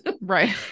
right